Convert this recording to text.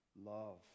love